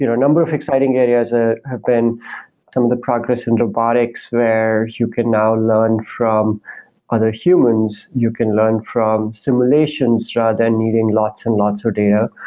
you know a number of exciting areas that ah have been some of the progress in robotics where you can now learn from other humans, you can learn from simulations rather than needing lots and lots of data.